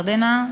ירדנה,